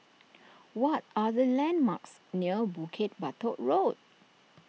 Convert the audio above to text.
what are the landmarks near Bukit Batok Road